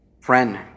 Friend